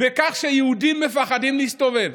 בכך שהיהודים מפחדים להסתובב,